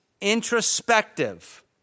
introspective